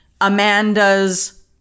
Amanda's